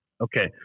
Okay